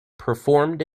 performed